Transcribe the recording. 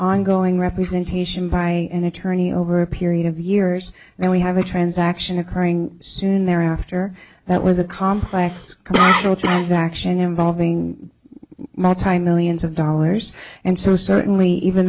ongoing representation by an attorney over a period of years and we have a transaction occurring soon thereafter that was a complex transaction involving multimillions of dollars and so certainly even